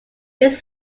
its